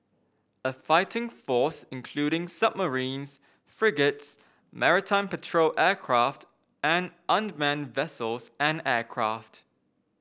a fighting force including submarines frigates maritime patrol aircraft and unmanned vessels and aircraft